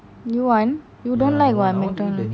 you want you don't like what McDonald's